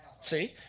See